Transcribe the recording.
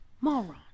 moron